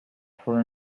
for